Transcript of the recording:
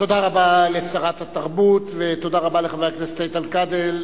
תודה רבה לשרת התרבות ותודה רבה לחבר הכנסת איתן כבל,